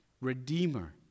Redeemer